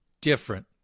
Different